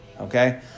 Okay